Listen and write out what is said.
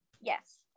Yes